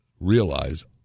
realize